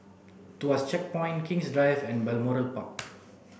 Tuas Checkpoint King's Drive and Balmoral Park